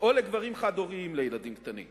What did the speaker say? או לגברים חד-הוריים לילדים קטנים: